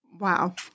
Wow